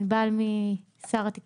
משרד התקשורת.